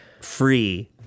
free